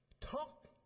talk